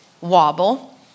wobble